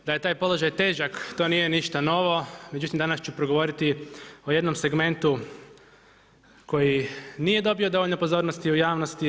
Da je taj položaj težak to nije ništa novo, međutim danas ću progovoriti o jednom segmentu koji nije dobio dovoljno pozornosti u javnosti.